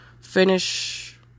finish